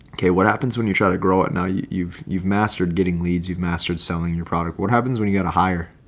okay, what happens when you try to grow it now you've you've mastered getting leads, you've mastered selling your product, what happens when you get a higher?